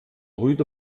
rüde